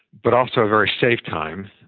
but also a very safe time.